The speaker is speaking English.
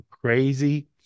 crazy